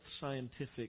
scientific